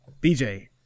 BJ